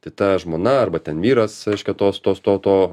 tai ta žmona arba ten vyras reiškia tos tos to to